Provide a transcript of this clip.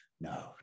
No